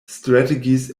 strategies